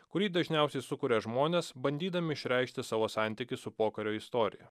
kurį dažniausiai sukuria žmonės bandydami išreikšti savo santykį su pokario istorija